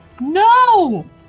No